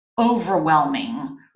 overwhelming